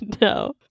no